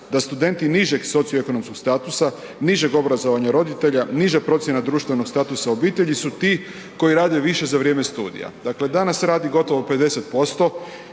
da studenti nižeg socioekonomskog statusa, nižeg obrazovanja roditelja, niža procjena društvenog statusa obitelji su ti koji rade više za vrijeme studija. Dakle, danas radi gotovo 50%